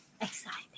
Exciting